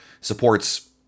supports